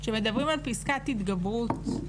כשמדברים על פסקת התגברות,